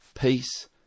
peace